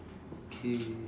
okay